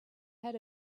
had